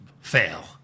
Fail